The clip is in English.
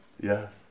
Yes